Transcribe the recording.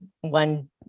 one